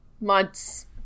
months